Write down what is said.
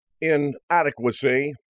Inadequacy